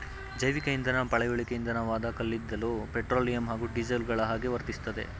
ಜೈವಿಕಇಂಧನ ಪಳೆಯುಳಿಕೆ ಇಂಧನವಾದ ಕಲ್ಲಿದ್ದಲು ಪೆಟ್ರೋಲಿಯಂ ಹಾಗೂ ಡೀಸೆಲ್ಗಳಹಾಗೆ ವರ್ತಿಸ್ತದೆ